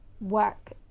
work